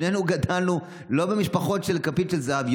שנינו גדלנו לא במשפחות עם כפית של זהב,